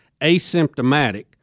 asymptomatic